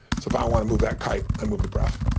so if i want to move that kite, i move the breath.